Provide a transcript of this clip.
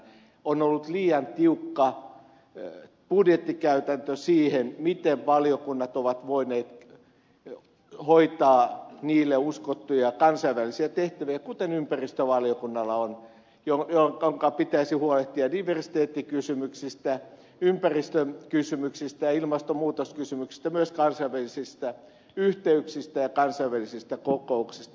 on ollut liian tiukka budjettikäytäntö siinä miten valiokunnat ovat voineet hoitaa niille uskottuja kansainvälisiä tehtäviä kuten ympäristövaliokunnalla on jonka pitäisi huolehtia diversiteettikysymyksistä ympäristökysymyksistä ja ilmastomuutoskysymyksistä myös kansainvälisistä yhteyksistä ja kansainvälisistä kokouksista